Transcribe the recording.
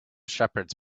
shepherds